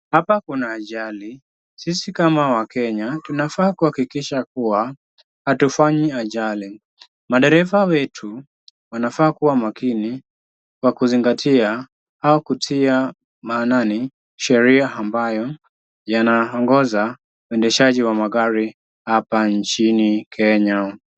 Hapa kuna ajali, sisi kama wakenya tunafaa kuhakikisha kuwa hatufanyi ajali. Madereva wetu wanafaa kuwa makini kwa kuzingatia au kutia maanani sheria ambayo yanaongoza uendeshaji wa magari hapa nchini Kenya.